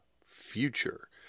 future